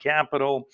Capital